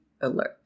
alert